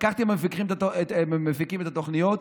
לקחתי מהמפיקים את התוכניות,